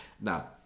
now